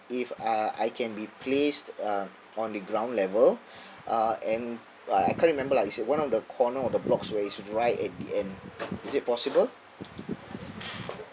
if uh I can be placed uh on the ground level uh and uh I can't remember lah it's in one of the corner of the blocks where it's right at the end is it possible